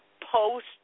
post